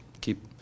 keep